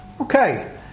Okay